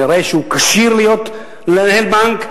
יראה שהוא כשיר לנהל בנק,